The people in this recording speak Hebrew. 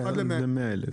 1 ל- 100 אלף,